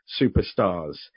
superstars